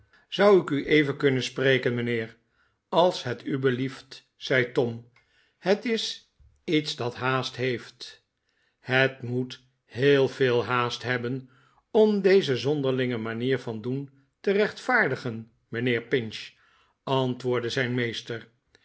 zou ik u even kunnen spreken mijnheer als het u belieft zei tom het is iets dat haast heeft het moet heel veel haast hebben om deze zonderlinge manier van doen te rechtvaardigen mijnheer pinch antwoordde zijn meester